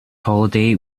holiday